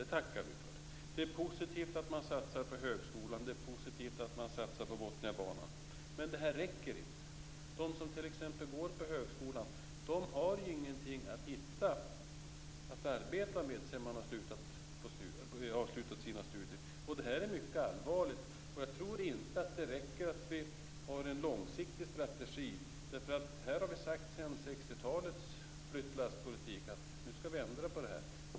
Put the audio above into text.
Det tackar vi för. Det är positivt att man satsar på högskolan. Det är positivt att man satsar på Botniabanan. Men det räcker inte. De som t.ex. går på högskolan kan ju inte hitta något att arbeta med sedan de avslutat sina studier. Det här är mycket allvarligt, och jag tror inte att det räcker med att ha en långsiktig strategi. Här har vi alltsedan 60-talets flyttlasspolitik sagt att nu skall vi ändra på det här.